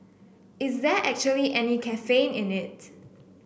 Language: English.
is there actually any caffeine in it